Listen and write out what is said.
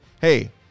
hey